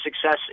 success